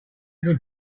good